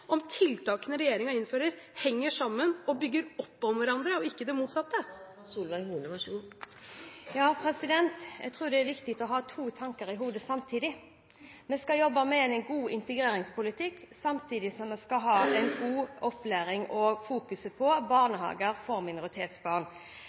om tiltakene regjeringen innfører, henger sammen og bygger opp under hverandre, og ikke det motsatte? Jeg tror det er viktig å ha to tanker i hodet samtidig. Vi skal jobbe med en god integreringspolitikk, samtidig som vi skal ha god opplæring og fokusere på